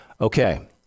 Okay